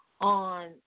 on